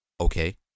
Okay